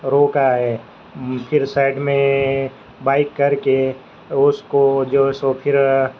روکا ہے پھر سائڈ میں بائک کر کے اس کو جو سو پھر